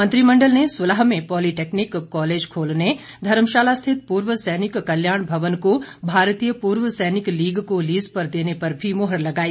मंत्रिमंडल ने सुलह में पॉलिटेक्निक कॉलेज खोलने धर्मशाला स्थित पूर्व सैनिक कल्याण भवन को भारतीय पूर्व सैनिक लिग को लीज पर देने पर भी मुहर लगाई